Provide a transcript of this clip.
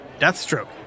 Deathstroke